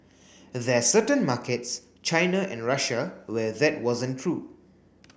there's certain markets China and Russia where that wasn't true